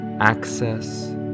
access